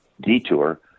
Detour